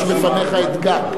יש בפניך אתגר.